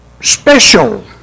special